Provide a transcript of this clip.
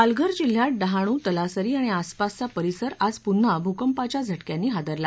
पालघर जिल्ह्यात डहाणू तलासरी आणि आसपासचा परिसर आज पुन्हा भूकंपाच्या झटक्यांनी हादरला